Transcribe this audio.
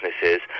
businesses